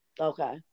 Okay